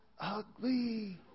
ugly